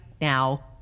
now